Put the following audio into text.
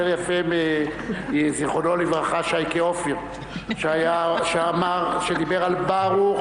יפה מזיכרונו לברכה שייקה אופיר שדיבר על ברוך,